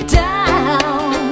down